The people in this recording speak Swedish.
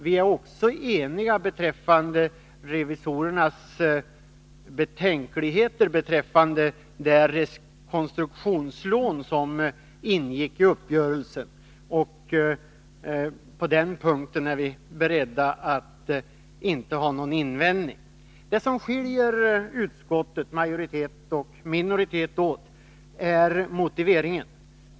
Vi är också eniga beträffande revisorernas betänkligheter i fråga om det rekonstruktionslån som ingick i uppgörelsen. På den punkten har vi inte någon invändning. Det som skiljer utskottets majoritet och dess minoritet åt är motiveringen.